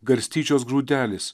garstyčios grūdelis